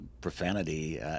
profanity